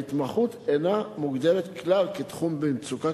ההתמחות אינה מוגדרת כלל כתחום במצוקה,